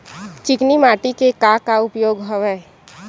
चिकनी माटी के का का उपयोग हवय?